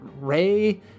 Ray